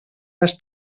les